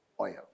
oil